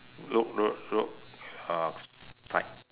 look road look uh side